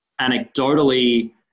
anecdotally